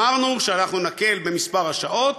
אמרנו שאנחנו נקל במספר השעות,